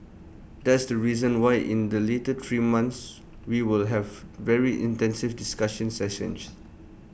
that's the reason why in the later three months we will have very intensive discussion sessions